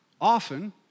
often